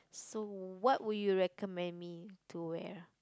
so what would you recommend me to where